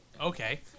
Okay